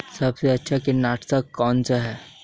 सबसे अच्छा कीटनाशक कौनसा है?